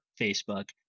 Facebook